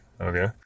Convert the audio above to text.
Okay